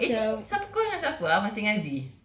eighteen siapa kau dengan siapa ah masih dengan azee